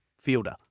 fielder